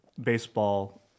baseball